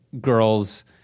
girls